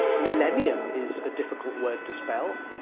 millennium is a difficult word to spell!